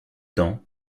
dents